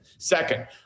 Second